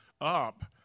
up